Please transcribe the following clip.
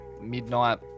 midnight